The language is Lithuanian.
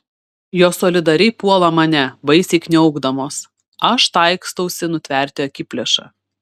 jos solidariai puola mane baisiai kniaukdamos aš taikstausi nutverti akiplėšą